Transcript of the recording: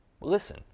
Listen